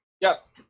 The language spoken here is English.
yes